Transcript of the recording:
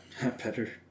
better